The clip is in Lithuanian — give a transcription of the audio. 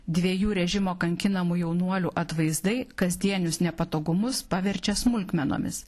dviejų režimo kankinamų jaunuolių atvaizdai kasdienius nepatogumus paverčia smulkmenomis